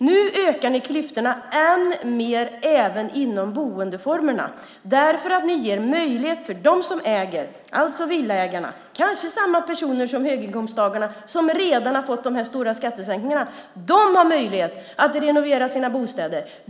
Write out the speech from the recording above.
Nu ökar ni klyftorna även mellan boendeformerna eftersom ni ger möjlighet för villaägarna - vilka kanske är desamma som höginkomsttagarna, som redan fått de stora skattesänkningarna - att renovera sina bostäder.